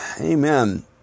Amen